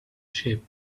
sheep